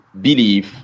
believe